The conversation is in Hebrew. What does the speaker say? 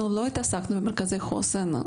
אנחנו לא התעסקנו במרכזי חוסן.